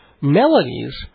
melodies